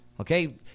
Okay